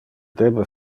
debe